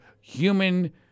human